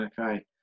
Okay